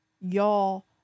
y'all